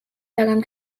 daran